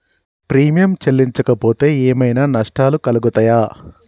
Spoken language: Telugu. ప్రీమియం చెల్లించకపోతే ఏమైనా నష్టాలు కలుగుతయా?